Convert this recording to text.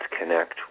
connect